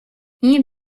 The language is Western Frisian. ien